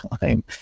time